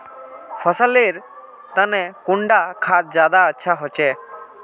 फसल लेर तने कुंडा खाद ज्यादा अच्छा होचे?